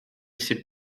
ses